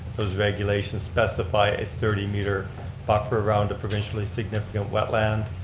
those regulations specify a thirty meter buffer around a provincially significant wetland,